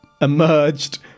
emerged